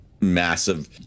massive